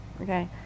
Okay